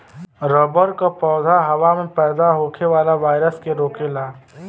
rubber क पौधा हवा में पैदा होखे वाला वायरस के रोकेला